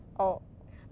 err